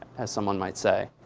as someone might say?